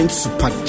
super